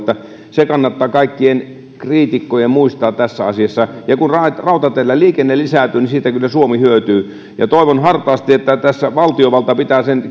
se kannattaa kaikkien kriitikkojen muistaa tässä asiassa ja kun rautateillä liikenne lisääntyy niin siitä kyllä suomi hyötyy toivon hartaasti että tässä valtiovalta tietenkin pitää sen